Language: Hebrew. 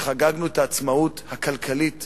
שחגגנו את העצמאות הכלכלית